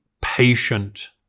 patient